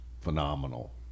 phenomenal